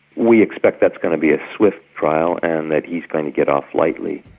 we expect that's going to be a swift trial and that he's going to get off lightly.